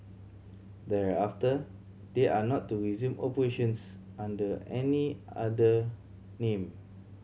thereafter they are not to resume operations under any other name